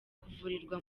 kuvurirwa